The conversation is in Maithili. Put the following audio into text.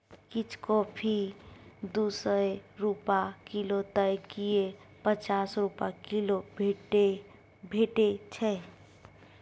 किछ कॉफी दु सय रुपा किलौ तए किछ पचास रुपा किलो भेटै छै